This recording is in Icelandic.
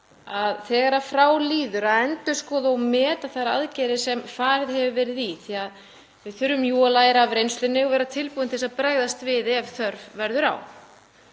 þegar frá líður að endurskoða og meta þær aðgerðir sem farið hefur verið í því að við þurfum jú að læra af reynslunni og vera tilbúin til að bregðast við ef þörf verður á.